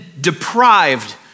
deprived